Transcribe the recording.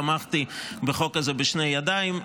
תמכתי בחוק הזה בשתי ידיים,